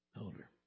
Older